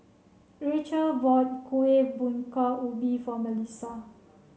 Rachael bought Kuih Bingka Ubi for Melissa